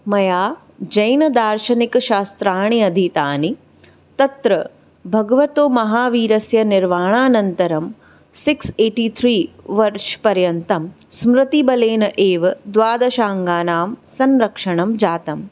मया जैनदार्शनिकशास्त्राणि अधीतानि तत्र भगवतो महावीरस्य निर्वाणानन्तरं सिक्स् एय्टी थ्री वर्षपर्यन्तं स्मृतिबलेन एव द्वादशाङ्गानां संरक्षणं जातं